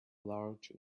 large